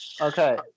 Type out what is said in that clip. Okay